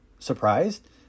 surprised